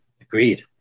Agreed